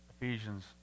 Ephesians